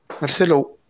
Marcelo